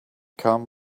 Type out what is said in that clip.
come